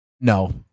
No